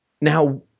Now